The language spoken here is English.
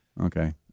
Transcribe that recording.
Okay